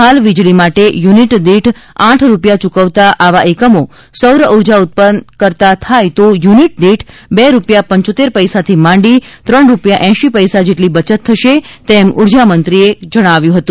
હાલ વીજળી માટે યુનિટ દીઠ આઠ રૂપિયા ચૂકવતા આવા એકમો સૌરઉર્જા ઉત્પન્ન કરતા થાય તો યુનિટ દીઠ બે રૂપિયા પંચોતેર પૈસાથી માંડી ત્રણ રૂપિયા એંશી પૈસા જેટલી બચત થશે તેમ ઉર્જામંત્રીએ કહ્યું હતું